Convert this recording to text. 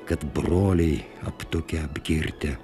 kad broliai aptukę apgirtę